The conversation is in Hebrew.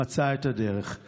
הוא מצא את הדרך.